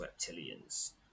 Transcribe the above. reptilians